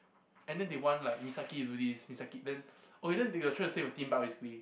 and then they want like Misaki to do this Misaki then okay then they were trying to save a Theme Park basically